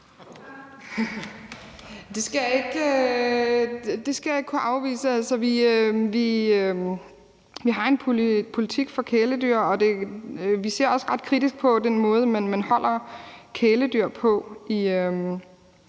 Det skal jeg ikke kunne afvise. Vi har en politik for kæledyr, og vi ser også ret kritisk på den måde, man holder kæledyr på i